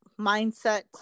mindset